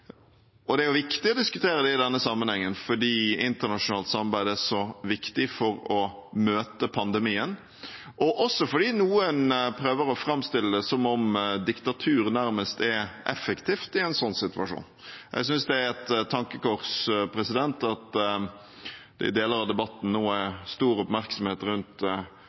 Og det er jo viktig å diskutere det i denne sammenhengen, fordi internasjonalt samarbeid er så viktig for å møte pandemien, og også fordi noen prøver å framstille det som om diktatur nærmest er effektivt i en slik situasjon. Jeg synes det er et tankekors at det i deler av debatten nå er stor oppmerksomhet rundt